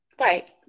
right